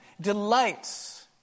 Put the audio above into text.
delights